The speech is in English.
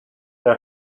now